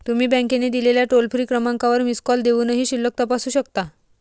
तुम्ही बँकेने दिलेल्या टोल फ्री क्रमांकावर मिस कॉल देऊनही शिल्लक तपासू शकता